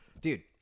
dude